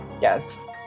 Yes